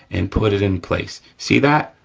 and put it in place. see that?